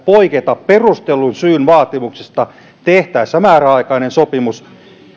poiketa perustellun syyn vaatimuksista tehtäessä määräaikainen sopimus